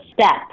step